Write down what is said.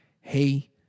hey